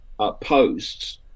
posts